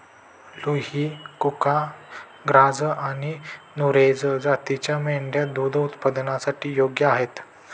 लुही, कुका, ग्राझ आणि नुरेझ जातींच्या मेंढ्या दूध उत्पादनासाठी योग्य आहेत